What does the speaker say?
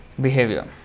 behavior